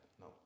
No